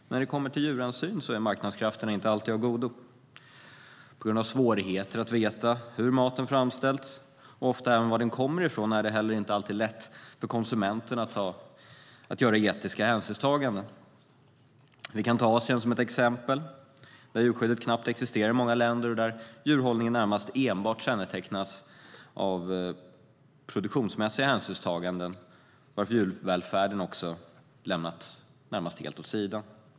Men när det kommer till djurhänsyn är marknadskrafterna inte alltid av godo. På grund av svårigheter att veta hur maten framställts och ofta även var den kommer ifrån är det heller inte alltid lätt för konsumenten att göra etiska hänsynstaganden. Ett exempel är Asien, där djurskyddet knappt existerar i många länder och där djurhållningen nästan enbart kännetecknas av produktionsmässiga hänsynstaganden, varför djurvälfärden helt lämnats åt sidan.